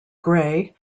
gray